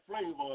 flavor